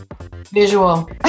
Visual